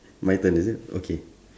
my turn is it okay